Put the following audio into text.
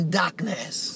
darkness